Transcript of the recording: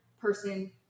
person